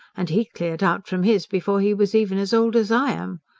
and he cleared out from his before he was even as old as i am.